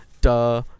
Duh